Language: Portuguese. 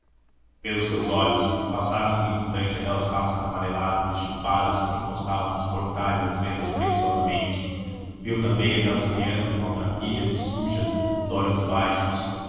pelos seus olhos passaram num instante aquelas faces amareladas e chupadas que se encostavam nos portais das vendas preguiçosamente viu também aquelas crianças maltrapilhas e sujas dolhos baixos